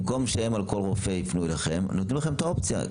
במקום שהם על כל רופא ייפנו אליהם אנחנו נותנים לכם את האופציה.